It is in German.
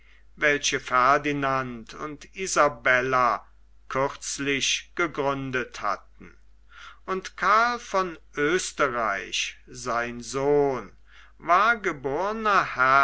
welche ferdinand und isabella kürzlich gegründet hatten und karl von oesterreich sein sohn war geborner